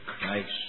Christ